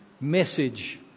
message